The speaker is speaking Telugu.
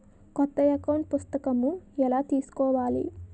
కొత్త అకౌంట్ పుస్తకము ఎలా తీసుకోవాలి?